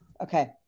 Okay